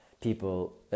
people